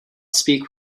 speak